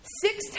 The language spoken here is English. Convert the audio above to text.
Six